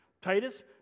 Titus